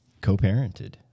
co-parented